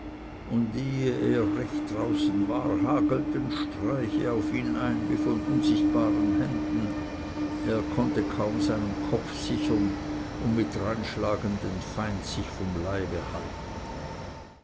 und ehe er recht draußen war hagelten streiche auf ihn ein wie von unsichtbaren händen er konnte kaum seinen kopf sichern und mit dreinschlagen den feind sich vom leibe halten